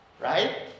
right